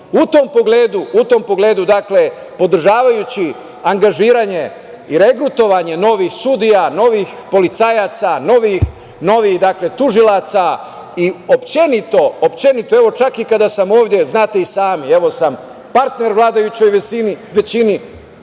tom pogledu podržavajući angažovanje i regrutovanje novih sudija, novih policajaca, novih tužilaca i uopšteno, čak i kada sam ovde, znate i sami, evo, ja sam partner vladajućoj većini,